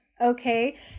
okay